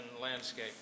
landscape